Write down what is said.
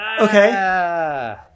okay